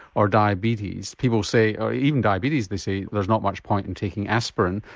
or diabetes, people say, or even diabetes they say there's not much point in taking aspirin,